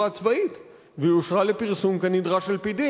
הצבאית ואושרה לפרסום כנדרש על-פי דין.